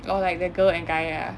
oh like the girl and guy ah